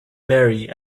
mary